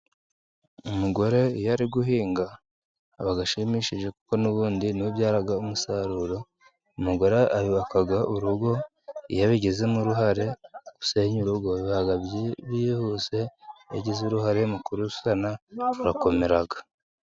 Umugore iyo ari guhinga aba ashimishije kuko n'ubundi ni we ubyara umusaruro. Umugore yubaka urugo. Iyo abigizemo uruhare, gusenya urugo biba byihuse. Iyo agizemo uruhare mu kurusana rukomera.